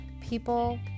people